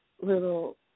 little